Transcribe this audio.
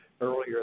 earlier